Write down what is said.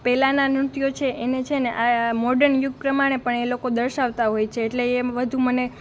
પહેલાનાં નૃત્યો છે અને છે ને હું મૉડેન યુગ પ્રમાણે પણ એ લોકો દર્શાવતા હોય છે એટલે એ વધુ મને